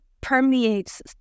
permeates